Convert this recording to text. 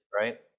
right